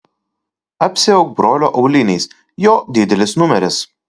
apsiauk brolio auliniais jo didelis numeris